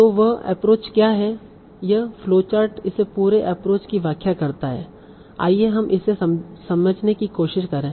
तो वह एप्रोच क्या है यह फ्लोचार्ट इस पूरे एप्रोच की व्याख्या करता है आइए हम इसे समझने की कोशिश करें